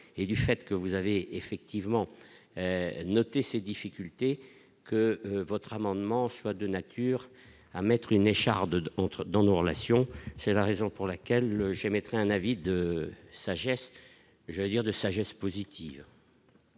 et du fait que vous avez effectivement noté ces difficultés que votre amendement soit de nature. à mettre une écharde entrent dans nos relations, c'est la raison pour laquelle j'ai être un avis de sagesse, je viens de sagesse positive.